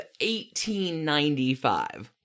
1895